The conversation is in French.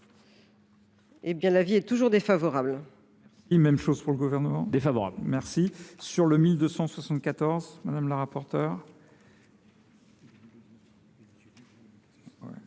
rapport, l’avis est toujours défavorable.